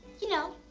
you know,